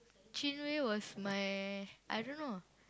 Chin-Wei was my I don't know